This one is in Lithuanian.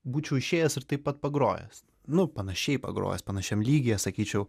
būčiau išėjęs ir taip pat pagrojęs nu panašiai pagrojęs panašiam lygyje sakyčiau